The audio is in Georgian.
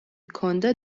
ჰქონდა